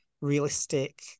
realistic